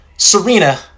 Serena